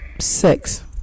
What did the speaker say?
six